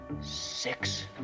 Six